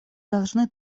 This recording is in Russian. должны